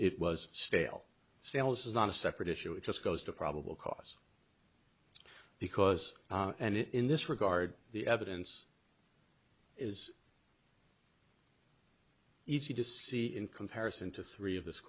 it was stale sales is not a separate issue it just goes to probable cause because and in this regard the evidence is easy to see in comparison to three of this